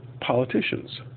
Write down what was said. politicians